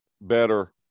better